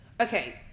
okay